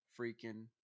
freaking